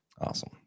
Awesome